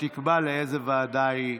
שתקבע לאיזו ועדה היא תשויך.